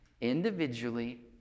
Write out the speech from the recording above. individually